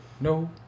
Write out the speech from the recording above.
No